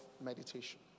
meditation